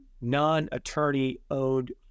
non-attorney-owned